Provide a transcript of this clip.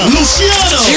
Luciano